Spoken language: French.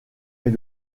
est